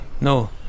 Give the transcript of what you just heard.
no